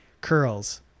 curls